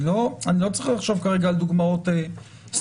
אני לא צריך לחשוב כרגע על דוגמאות ספציפיות.